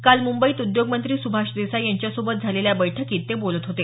काल मुंबईत उद्योग मंत्री सुभाष देसाई यांच्यासोबत झालेल्या बैठकीत ते बोलत होते